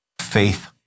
faith